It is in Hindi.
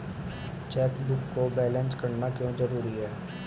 चेकबुक को बैलेंस करना क्यों जरूरी है?